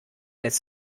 des